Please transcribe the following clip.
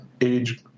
age